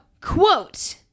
quote